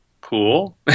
cool